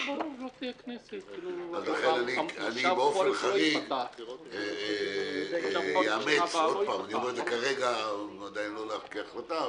לכן באופן חריג אני אאמץ אני אומר את זה לא כהחלטה,